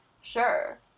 sure